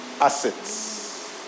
assets